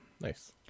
Nice